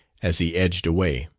as he edged away.